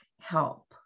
help